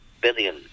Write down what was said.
billion